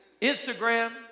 Instagram